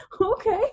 okay